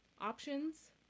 options